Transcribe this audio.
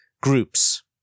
groups